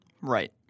Right